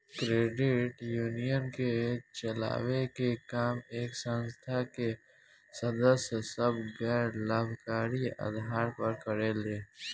credit union के चलावे के काम ए संस्था के सदस्य सभ गैर लाभकारी आधार पर करेले